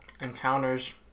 encounters